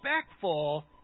Respectful